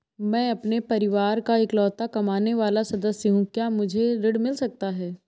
मैं अपने परिवार का इकलौता कमाने वाला सदस्य हूँ क्या मुझे ऋण मिल सकता है?